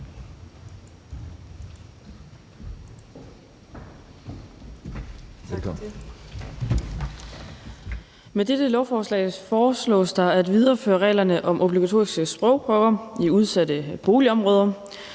Med dette lovforslag foreslås det at videreføre reglerne om obligatoriske sprogprøver i udsatte boligområder.